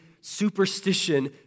superstition